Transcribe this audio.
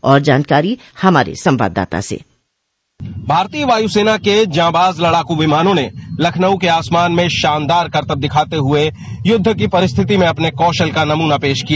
और जानकारी हमारे संवाददाता से भारतीय वायु सेना के जांबाज लड़ाकू विमानों ने लखनऊ के आसमान में शानदार करतब दिखाते हुए युद्ध की परिस्थिति में अपने कौशल का नमूना पेश किया